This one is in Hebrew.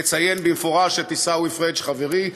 לציין במפורש את עיסאווי פריג' חברי,